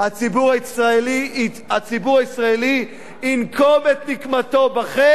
הציבור הישראלי ינקום את נקמתו בכם,